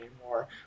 anymore